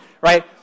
right